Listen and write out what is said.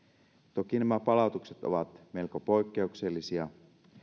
toki nämä palautukset ovat melko poikkeuksellisia